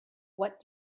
what